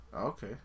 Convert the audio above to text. Okay